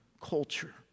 culture